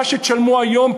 מה שתשלמו היום,